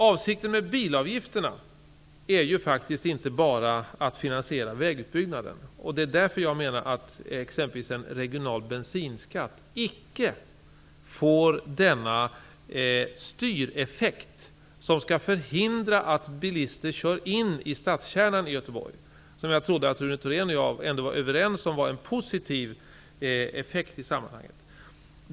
Avsikten med bilavgifterna är faktiskt inte bara att finansiera vägutbyggnaden. Jag menar därför att exempelvis en regional bensinskatt inte får den styreffekt som skall förhindra att bilister kör in i stadskärnan i Göteborg. Jag trodde att Rune Thorén och jag var överens om att det är en positiv effekt.